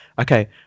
Okay